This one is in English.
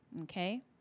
okay